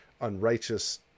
unrighteous